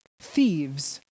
thieves